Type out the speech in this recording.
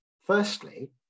Firstly